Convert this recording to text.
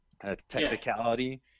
technicality